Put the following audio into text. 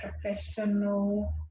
professional